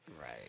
Right